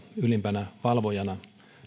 ylimpänä valvojana valvomassa yleisradiota